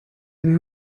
êtes